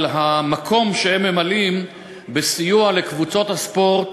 המקום שהם ממלאים בסיוע לקבוצות הספורט